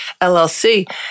LLC